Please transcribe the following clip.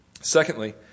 Secondly